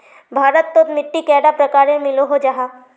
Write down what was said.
भारत तोत मिट्टी कैडा प्रकारेर मिलोहो जाहा?